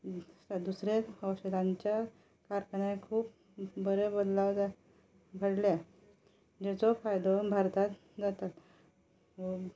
दुसऱ्याच हशरांच्या कारखान्याक खूब बरो बदलाव जाता घडल्या जाचो फायदो भारतांत जाता